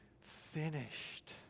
finished